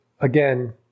again